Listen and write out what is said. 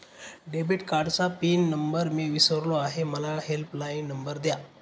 debit कार्डचा pin number मी विसरलो आहे मला हेल्पलाइन नंबर द्या